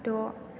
द'